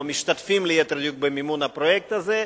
משתתפים, ליתר דיוק, במימון הפרויקט הזה.